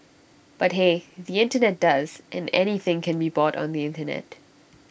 but hey the Internet does and anything can be bought on the Internet